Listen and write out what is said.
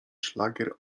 szlagier